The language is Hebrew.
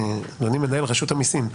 אדוני מנהל רשות המסים,